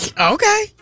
Okay